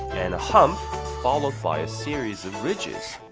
and a hump followed by a series of ridges!